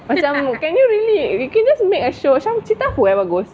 macam can you really you can just make a show cerita apa yang bagus